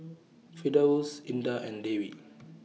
Firdaus Indah and Dewi